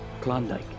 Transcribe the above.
Klondike